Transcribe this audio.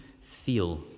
feel